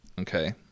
Okay